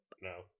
No